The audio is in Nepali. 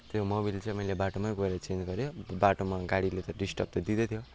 त्यो मोबिल चाहिँ मैले बाटोमा गएर चेन्ज गरेँ बाटोमा गाडीले त डिस्टर्भ त दिँदै थियो